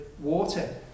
water